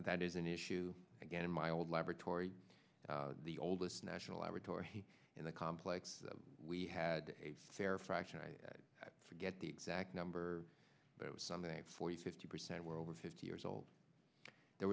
that is an issue again my old laboratory the oldest national laboratory in the complex we had a fair fraction i forget the exact number but it was something forty fifty percent were over fifty years old there